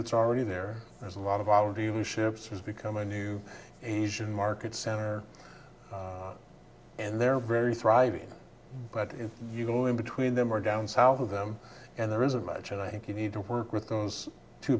that's already there there's a lot of ships has become a new asian market center and they're very thriving but if you go in between them are down south of them and there isn't much and i think you need to work with those t